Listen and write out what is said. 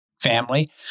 family